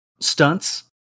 Stunts